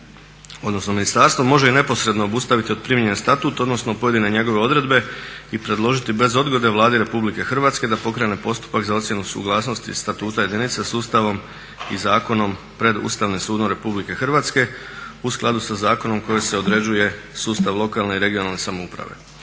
odnosno ministarstvo može i neposredno obustaviti od primjene statut odnosno pojedine njegove odredbe i predložiti bez odgode Vladi RH da pokrene postupak za ocjenu suglasnosti statuta jedinica s Ustavom i zakonom pred Ustavnim sudom RH u skladu sa zakonom koji se određuje sustav lokalne i regionalne samouprave.